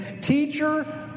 teacher